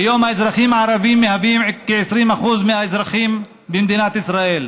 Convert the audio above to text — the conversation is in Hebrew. כיום האזרחים הערבים מהווים כ-20% מהאזרחים במדינת ישראל,